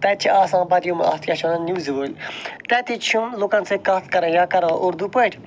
تَتہِ چھِ آسان پَتہٕ یِم اتھ کیاہ چھِ وَنان نِوزِ وٲلۍ تتہ چھِ یِم لُکَن سۭتۍ کتھ کَران یا کَران اردو پٲٹھۍ